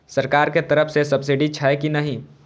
सरकार के तरफ से सब्सीडी छै कि नहिं?